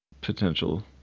potential